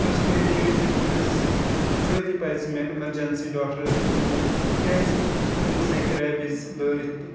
first aid treatment دِنَس سۭتی پَزِ مےٚ اٮ۪مَرجَنسی ڈاکٹَرَس نِش نیُن تِکیٛازِ تٔمِس ہٮ۪کہِ ریبیٖز لٲرِتھ